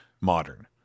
Modern